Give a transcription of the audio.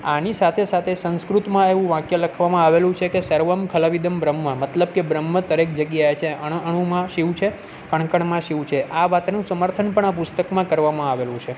આની સાથે સાથે સંસ્કૃતમાં એવું વાક્ય લખવામાં આવેલું છે કે સર્વંમ ખલા વિદમ બ્રહ્મ મતલબ કે બ્રહ્મ દરેક જગ્યાએ છે અણ અણુ અણુંમાં શિવ છે કણ કણમાં શિવ છે આ વાતનું સમર્થન પણ આ પુસ્તકમાં કરવામાં આવેલું છે